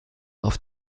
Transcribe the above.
auf